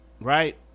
right